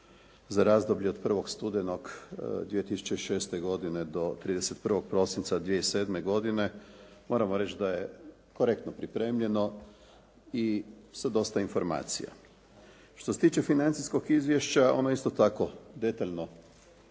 za razdoblje od 1. studenog 2006. godine do 31. prosinca 2007. godine možemo reći da je korektno pripremljeno i sa dosta informacija. Što se tiče financijskog izvješća ono je isto tako detaljno